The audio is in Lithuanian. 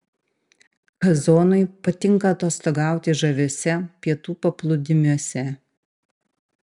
kazonui patinka atostogauti žaviuose pietų paplūdimiuose